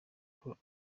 paulo